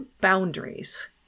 boundaries